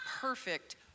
perfect